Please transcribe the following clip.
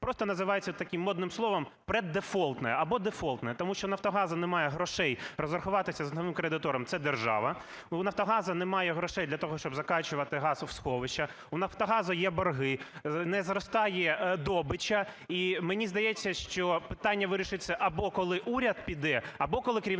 просто називається таким модним словом - "преддефолтне", або "дефолтне". Тому що у "Нафтогазу" немає грошей розрахуватися з новим кредитором – це держава. У "Нафтогазу" немає грошей для того, щоб закачувати газ у сховища. У "Нафтогазу" є борги. Не зростає добича. І мені здається, що питання вирішиться, або коли уряд піде, або коли керівництво